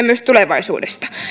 myös tulevaisuudesta